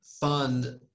fund